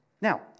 Now